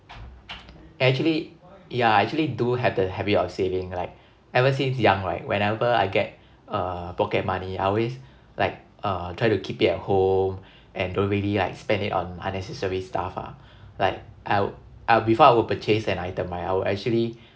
actually yeah I actually do have the habit of saving like ever since young right whenever I get uh pocket money I always like uh try to keep it at home and don't really like spend it on unnecessary stuff ah like I'll I'll before I will purchase an item right I will actually